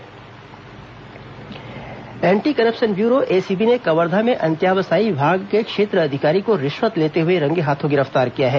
ACB छापा anti corruption bureau ACB ने कवर्धा में अंत्यावसायी विभाग के क्षेत्र अधिकारी को रिश्वत लेते हुए रंगे हाथों गिरफ्तार किया है